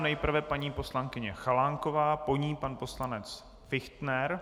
Nejprve paní poslankyně Chalánková, po ní pan poslanec Fichtner.